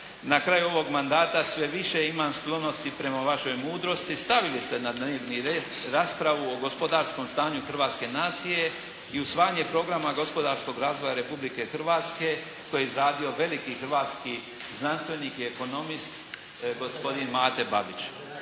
na kraju ovog mandata sve više imam sklonosti prema vašoj mudrosti, stavili ste na dnevni red raspravu o gospodarskom stanju hrvatske nacije i usvajanje programa gospodarskog razvoja Republike Hrvatske koje je izradio veliki hrvatski znanstvenik i ekonomist gospodin Mate Babić.